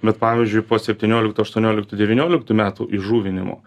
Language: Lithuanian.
bet pavyzdžiui po septynioliktų aštuonioliktų devynioliktų metų įžuvinimo